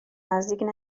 نزدیک